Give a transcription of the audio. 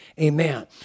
Amen